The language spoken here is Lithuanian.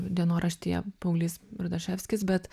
dienoraštyje paulys rudaševskis bet